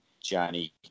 Johnny